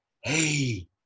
Hey